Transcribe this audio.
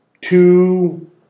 two